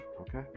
Okay